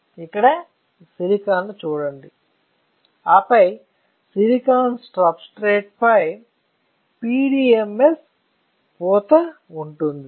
ఇక్కడ సిలికాన్ చూడండి ఉంది ఆపై సిలికాన్ సబ్స్ట్రేట్ పై PDMS పూత ఉంటుంది